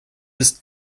ist